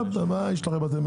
אני